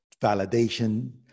validation